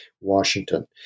Washington